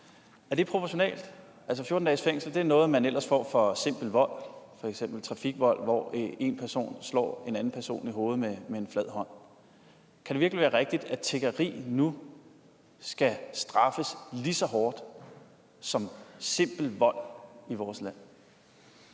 Er det proportionalt? Altså, 14 dages fængsel er noget, man ellers får for simpel vold, f.eks. trafikvold, hvor en person slår en anden person i hovedet med en flad hånd. Kan det virkelig være rigtigt, at tiggeri nu skal straffes lige så hårdt som simpel vold i vores land?